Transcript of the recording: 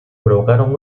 provocaron